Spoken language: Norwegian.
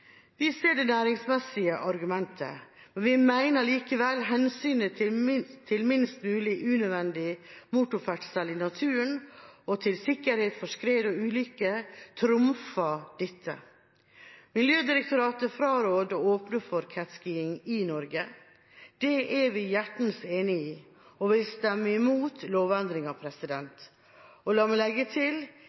Vi ser det næringsmessige argumentet. Vi mener likevel at hensynet til minst mulig unødvendig motorferdsel i naturen, og til sikkerhet for skred og ulykker, trumfer dette. Miljødirektoratet fraråder å åpne for catskiing i Norge. Det er vi hjertens enig i, og vi vil stemme mot lovendringen. La meg legge til